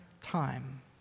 time